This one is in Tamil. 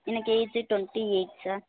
எனக்கு ஏஜி ட்வெண்ட்டி எயிட் சார்